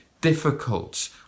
difficult